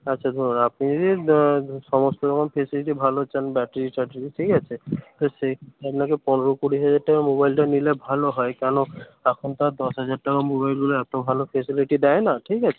আচ্ছা ধরুন আপনি যদি সমস্ত রকম ফেসিলিটি ভালো চান ব্যাটারি ট্যাটারি ঠিক আছে তো সেই আপনাকে পনেরো কুড়ি হাজার টাকার মোবাইলটা নিলে ভালো হয় কেনো এখন তো আর দশ হাজার টাকার মোবাইলগুলো এত ভালো ফেসিলিটি দেয় না ঠিক আছে